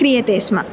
क्रियते स्म